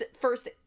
first